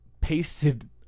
pasted